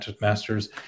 masters